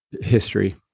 history